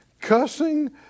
cussing